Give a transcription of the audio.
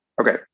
Okay